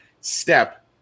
step